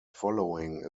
following